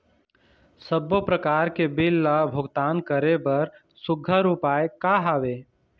सबों प्रकार के बिल ला भुगतान करे बर सुघ्घर उपाय का हा वे?